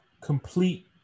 Complete